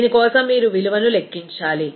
దీని కోసం మీరు విలువను లెక్కించాలి